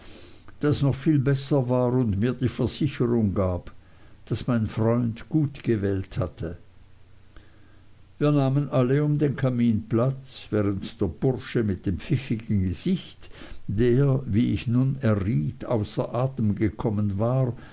das noch viel besser war und mir die versicherung gab daß mein freund gut gewählt hatte wir nahmen alle um den kamin platz während der bursche mit dem pfiffigen gesicht der wie ich nun erriet außer atem gekommen war